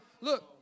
Look